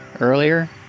earlier